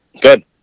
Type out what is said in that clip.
Good